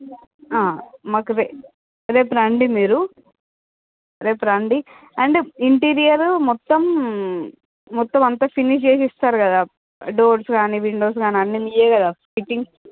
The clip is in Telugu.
మాకు వే రేపు రండీ మీరు రేపు రండి అండ్ ఇంటీరియరు మొత్తం మొత్తమంతా ఫినిష్ జేసి ఇస్తారు గదా డోర్స్ కానీ విండోస్ కానీ అన్నీ మివే కదా ఫిట్టింగ్